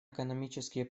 экономические